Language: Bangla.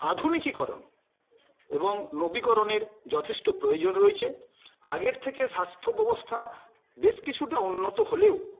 আধুনিকীকরণ এবং নবিকরণের যথেষ্ট প্রয়োজন রয়েছে আগের থেকে স্বাস্থ্য ব্যবস্থা বেশ কিছুটা উন্নত হলেও